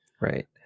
right